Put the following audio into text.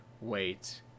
wait